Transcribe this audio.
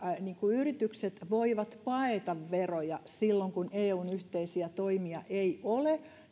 yritykset voivat paeta veroja silloin kun eun yhteisiä toimia ei ole